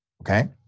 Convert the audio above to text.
okay